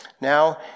Now